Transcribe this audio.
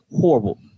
horrible